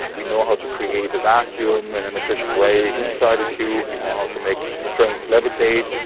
we know how to create a vacuum in an efficient way inside a tube, we know how to make trains levitate.